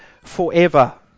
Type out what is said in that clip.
forever